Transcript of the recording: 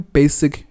basic